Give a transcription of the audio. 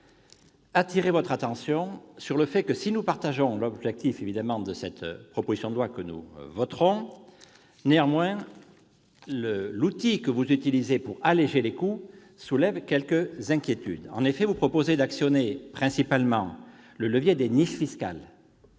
ma part attirer votre attention sur le fait que, si nous partageons l'objectif de cette proposition de loi, que nous voterons, en revanche, l'outil que vous suggérez pour alléger les coûts suscite chez nous quelques inquiétudes. En effet, vous proposez d'actionner principalement le levier des niches fiscales.